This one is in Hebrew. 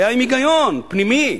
היה עם היגיון פנימי,